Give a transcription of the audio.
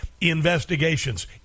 Investigations